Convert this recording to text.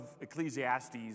Ecclesiastes